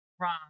wrong